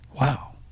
Wow